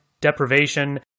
deprivation